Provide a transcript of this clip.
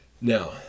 Now